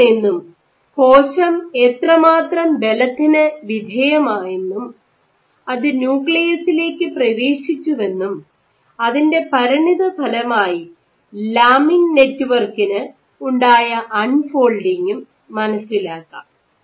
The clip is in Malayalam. ഇതിൽ നിന്നും കോശം എത്രമാത്രം ബലത്തിന് വിധേയമായെന്നും അത് ന്യൂക്ലിയസിലേക്ക് പ്രവേശിച്ചുവെന്നും അതിൻറെ പരിണതഫലമായി ലാമിൻ നെറ്റ്വർക്കിന് ഉണ്ടായ അൺഫോൾഡിങ്ങും മനസ്സിലാക്കാം